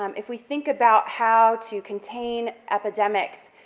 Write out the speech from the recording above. um if we think about how to contain epidemics,